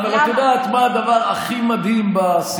למה נתניהו העביר מיליונים לחמאס נגד עמדת המל"ל?